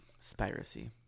spiracy